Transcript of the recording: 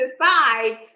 decide